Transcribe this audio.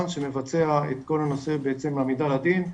שמבצע את כל הנושא בעצם עמידה לדין,